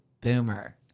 BOOMER